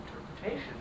interpretation